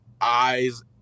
eyes